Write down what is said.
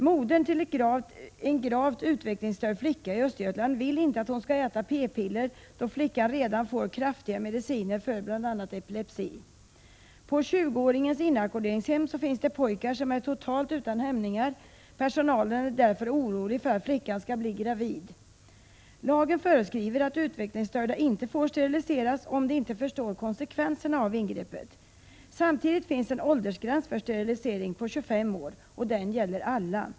Modern till en gravt utvecklingsstörd flicka i Östergötland vill inte att flickan skall äta p-piller, då hon redan får kraftiga mediciner för bl.a. epilepsi. På 20-åringens inackorderingshem finns det pojkar som är totalt utan hämningar. Personalen är därför orolig för att flickan skall bli gravid. Lagen föreskriver att utvecklingsstörda inte får steriliseras, om de inte förstår konsekvenserna av ingreppet. Samtidigt finns det en åldersgräns för sterilisering, 25 år, och den gäller för alla.